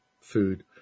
food